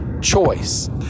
choice